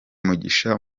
mugisha